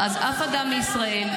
אף אדם בישראל,